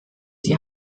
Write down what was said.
sie